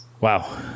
Wow